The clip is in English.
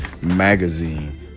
Magazine